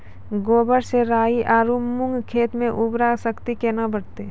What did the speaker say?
गोबर से राई आरु मूंग खेत के उर्वरा शक्ति केना बढते?